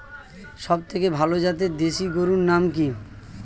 সবথেকে ভালো জাতের দেশি গরুর নাম কি?